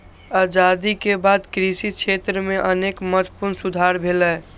आजादी के बाद कृषि क्षेत्र मे अनेक महत्वपूर्ण सुधार भेलैए